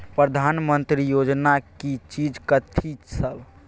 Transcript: प्रधानमंत्री योजना की चीज कथि सब?